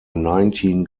nineteen